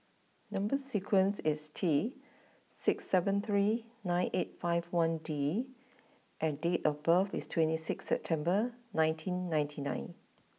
number sequence is T six seven three nine eight five one D and date of birth is twenty six September nineteen ninety nine